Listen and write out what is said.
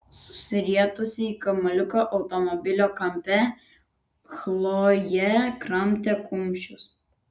susirietusi į kamuoliuką automobilio kampe chlojė kramtė kumščius